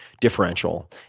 differential